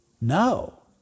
no